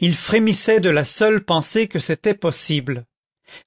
il frémissait de la seule pensée que c'était possible